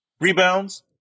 Rebounds